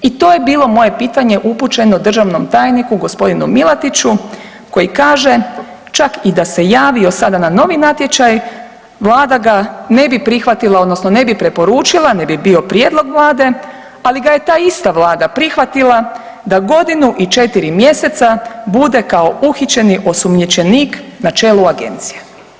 I to je bilo moje pitanje upućeno državnom tajniku g. Milatiću koji kaže čak i da se javio sada na novi natječaj vlada ga ne bi prihvatila odnosno ne bi preporučila, ne bi bio prijedlog vlade, ali ga je ta ista vlada prihvatila da godinu i 4 mjeseca bude kao uhićeni osumnjičenik na čelu agencije.